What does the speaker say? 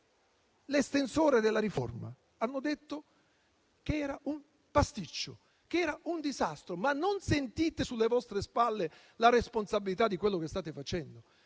l'estensore della riforma, hanno detto che era un pasticcio e un disastro - non sentite sulle vostre spalle la responsabilità di quello che state facendo?